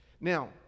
Now